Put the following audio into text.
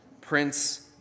Prince